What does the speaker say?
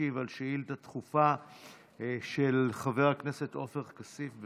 ישיב על שאילתה דחופה של חבר הכנסת עופר כסיף.